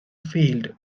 field